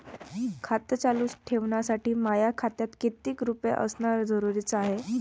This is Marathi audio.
खातं चालू ठेवासाठी माया खात्यात कितीक रुपये असनं जरुरीच हाय?